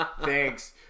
Thanks